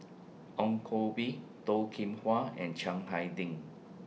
Ong Koh Bee Toh Kim Hwa and Chiang Hai Ding